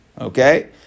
Okay